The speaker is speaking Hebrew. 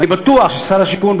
ואני בטוח ששר השיכון,